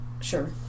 Sure